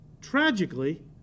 tragically